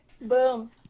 boom